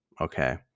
Okay